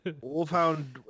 Wolfhound